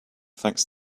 thanks